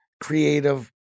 creative